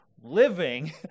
living